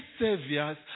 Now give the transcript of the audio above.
saviors